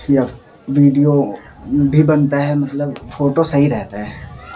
یا ویڈیو بھی بنتا ہے مطلب فوٹو صحیح رہتا ہے